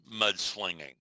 mudslinging